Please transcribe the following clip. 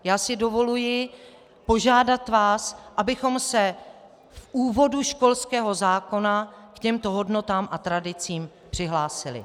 Já si vás dovoluji požádat, abychom se v úvodu školského zákona k těmto hodnotám a tradicím přihlásili.